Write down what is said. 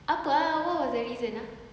apa ah what was the reason ah